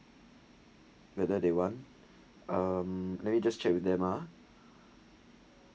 whether they want um let me just check with them ah